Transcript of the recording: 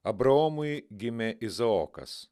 abraomui gimė izaokas